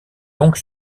donc